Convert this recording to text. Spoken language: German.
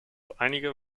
einige